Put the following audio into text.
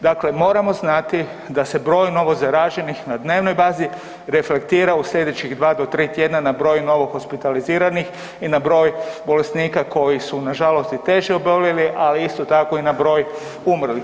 Dakle, moramo znati da se broj novozaraženih na dnevnoj bazi reflektira u slijedećih 2 do 3 tjedna na broju novu hospitaliziranih i na broj bolesnika koji su nažalost i teže oboljeli, ali isto tako i na broj umrlih.